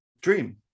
Dream